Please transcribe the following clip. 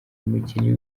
umukinnyi